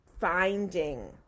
finding